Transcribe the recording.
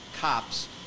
cops